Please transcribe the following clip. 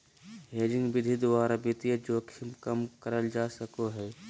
hedging विधि द्वारा वित्तीय जोखिम कम करल जा सको हय